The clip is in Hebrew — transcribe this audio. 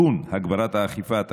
(תיקון, הגברת האכיפה),